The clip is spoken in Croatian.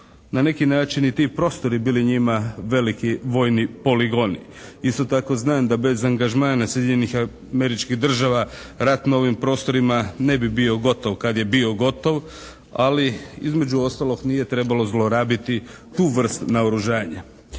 na neki način i ti prostori bili njima veliki vojni poligoni. Isto tako znam da bez angažmana Sjedinjenih Američkih Država rat na ovim prostorima ne bi bio gotov kad je bio gotov. Ali između ostalog nije trebalo zlorabiti tu vrstu naoružanja.